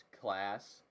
class